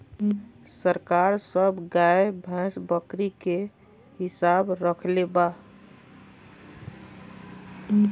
सरकार सब गाय, भैंस, बकरी के हिसाब रक्खले बा